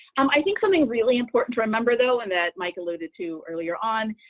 um i think something really important to remember, though, and that mike alluded to earlier on,